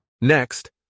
Next